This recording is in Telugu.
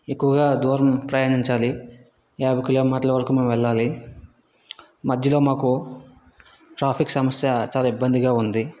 ఎక్కువగా దూరం ప్రయాణించాలి యాభై కిలోమీటర్లు వరకు మేము వెళ్ళాలి మధ్యలో మాకు ట్రాఫిక్ సమస్య చాలా ఇబ్బందిగా ఉంది